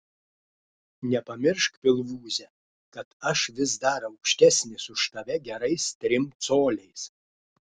nepamiršk pilvūze kad aš vis dar aukštesnis už tave gerais trim coliais